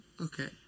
Okay